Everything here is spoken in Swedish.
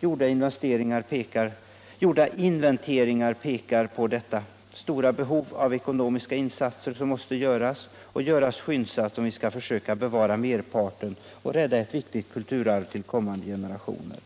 Gjorda inventeringar pekar på detta stora behov av ekonomiska insatser som måste till skyndsamt om vi skall försöka bevara merparten och rädda ett viktigt kulturarv till kommande generationer.